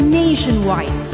nationwide